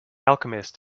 alchemist